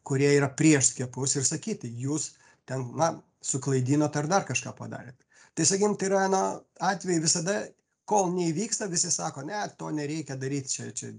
kurie yra prieš skiepus ir sakyti jūs ten na suklaidinot ar dar kažką padarėt tai sakykim tai yra no atvejai visada kol neįvyksta visi sako ne to nereikia daryt čia čia